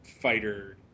fighter